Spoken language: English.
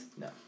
No